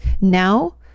Now